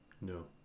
No